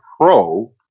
pro